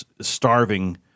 starving